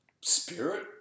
spirit